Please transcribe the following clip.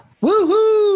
Woo-hoo